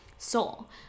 soul